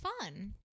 fun